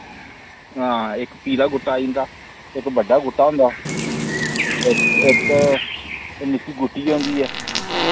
हां इक पीला गुट्टा आइंदा इक बड्डा गुट्टा होंदा इक इक निक्की गुट्टी होंदी ऐ